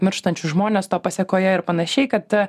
mirštančius žmones to pasekoje ir panašiai kad